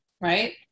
right